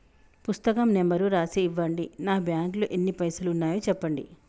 పుస్తకం నెంబరు రాసి ఇవ్వండి? నా బ్యాంకు లో ఎన్ని పైసలు ఉన్నాయో చెప్పండి?